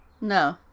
no